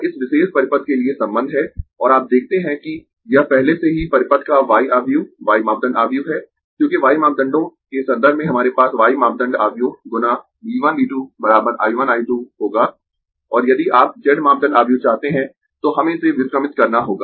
अब यह इस विशेष परिपथ के लिए संबंध है और आप देखते है कि यह पहले से ही परिपथ का y आव्यूह y मापदंड आव्यूह है क्योंकि y मापदंडों के संदर्भ में हमारे पास y मापदंड आव्यूह गुना V 1 V 2 I 1 I 2 होगा और यदि आप z मापदंड आव्यूह चाहते है तो हमें इसे व्युत्क्रमित करना होगा